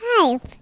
five